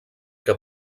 que